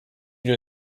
know